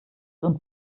und